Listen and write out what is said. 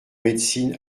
médecine